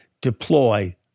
deploy